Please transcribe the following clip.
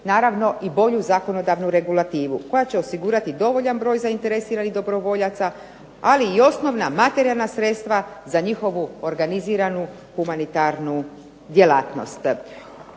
naravno i bolju zakonodavnu regulativu koja će osigurati dovoljan broj zainteresiranih dobrovoljaca, ali i osnovna materijalna sredstva za njihovu organiziranu humanitarnu djelatnost.